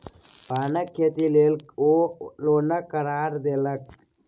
पानक खेती लेल ओ लोनक करार करेलकै